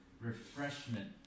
refreshment